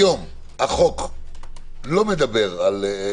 היום החוק לא מדבר על זה